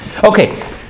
Okay